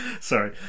Sorry